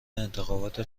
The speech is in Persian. انتخابات